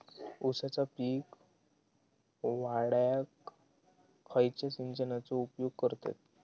ऊसाचा पीक वाढाक खयच्या सिंचनाचो उपयोग करतत?